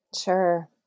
Sure